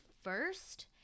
first